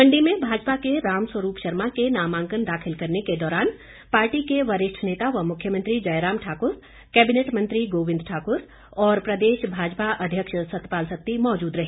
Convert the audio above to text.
मण्डी में भाजपा के राम स्वरूप शर्मा के नामांकन दाखिल करने के दौरान पार्टी के वरिष्ठ नेता व मुख्यमंत्री जयराम ठाकुर कैबिनेट मंत्री गोबिंद ठाकुर और प्रदेश भाजपा अध्यक्ष सतपाल सत्ती मौजूद रहे